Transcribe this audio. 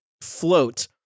float